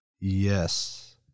Yes